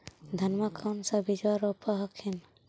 धनमा कौन सा बिजबा रोप हखिन?